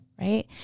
Right